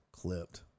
Clipped